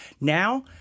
Now